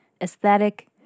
aesthetic